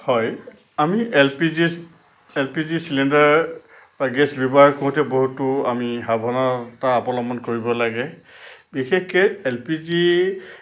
হয় আমি L P G L P জিৰ চিলিণ্ডাৰ বা গেছ ব্যৱহাৰ কৰোতে বহুতো আমি সাৱধানতা অৱলম্বন কৰিব লাগে বিশেষকৈ এল পি জিৰ